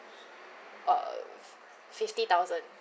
uh fifty thousand